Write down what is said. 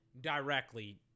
directly